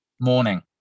Morning